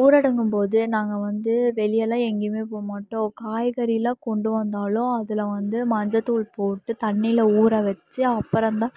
ஊரடங்கும்போது நாங்கள் வந்து வெளியேல்லாம் எங்கேயுமே போக மாட்டோம் காய்கறி எல்லாம் கொண்டு வந்தாலும் அதில் வந்து மஞ்சள்தூள் போட்டு தண்ணியில ஊற வச்சு அப்பறம்தான்